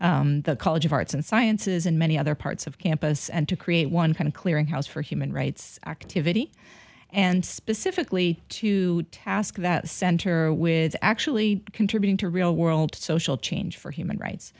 the college of arts and sciences and many other parts of campus and to create one kind of clearing house for human rights activity and specifically to task that center with actually contributing to real world social change for human rights